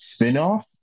spinoff